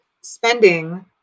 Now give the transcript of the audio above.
spending